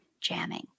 jamming